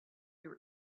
your